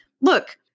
look